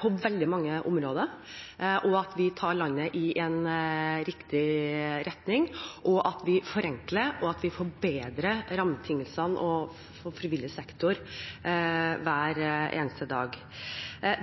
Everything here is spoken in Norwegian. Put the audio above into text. på veldig mange områder – at vi tar landet i riktig retning, at vi forenkler, og at vi forbedrer rammebetingelsene for frivillig sektor hver eneste dag.